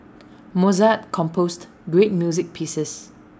Mozart composed great music pieces